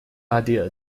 idea